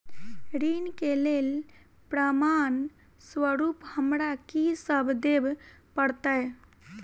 ऋण केँ लेल प्रमाण स्वरूप हमरा की सब देब पड़तय?